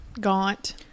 gaunt